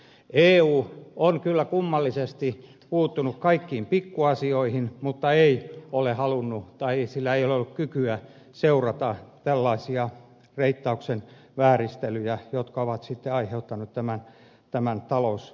eu on kyllä kummallisesti puuttunut kaikkiin pikkuasioihin mutta ei ole halunnut tai sillä ei ole ollut kykyä seurata tällaisia reittauksen vääristelyjä jotka ovat sitten aiheuttaneet tämän talouskriisin